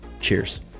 Cheers